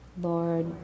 Lord